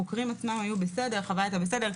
החוקרים עצמם היו בסדר, החוויה היתה בסדר.